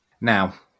Now